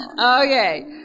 Okay